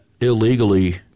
illegally